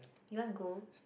you want go